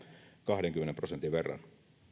kahdenkymmenen prosentin verran